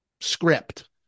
script